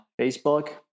Facebook